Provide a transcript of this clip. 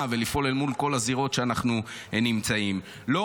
ולפעול אל מול כל הזירות שאנחנו נמצאים בהן.